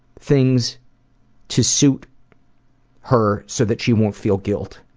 things to suit her so that she won't feel guilt.